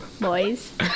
Boys